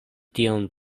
tion